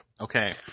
okay